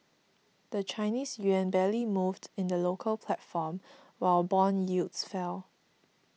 the Chinese yuan barely moved in the local platform while bond yields fell